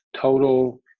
total